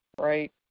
right